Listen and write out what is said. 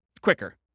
quicker